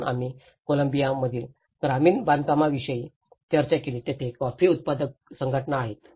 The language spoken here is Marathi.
म्हणून आम्ही कोलंबियामधील ग्रामीण बांधकामांविषयी चर्चा केली जेथे कॉफी उत्पादक संघटना आहेत